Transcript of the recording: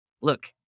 look